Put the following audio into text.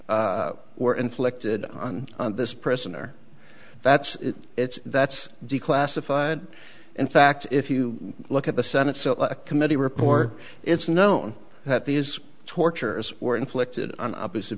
were inflicted on this prisoner that's it's that's declassified in fact if you look at the senate select committee report it's known that these tortures were inflicted on opposite